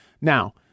Now